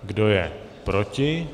Kdo je proti?